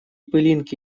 пылинки